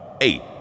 eight